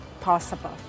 possible